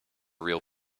real